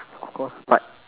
of course but